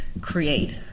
create